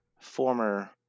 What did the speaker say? former